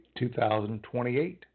2028